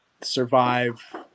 survive